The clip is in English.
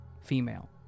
female